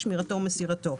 שמירתו ומסירתו.